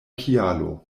kialo